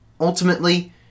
Ultimately